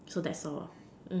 so that's all